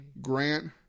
Grant